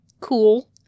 Cool